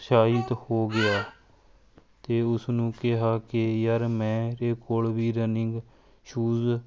ਉਤਸ਼ਾਹਿਤ ਹੋ ਗਿਆ ਅਤੇ ਉਸਨੂੰ ਕਿਹਾ ਕਿ ਯਾਰ ਮੇਰੇ ਕੋਲ ਵੀ ਰਨਿੰਗ ਸ਼ੂਜ਼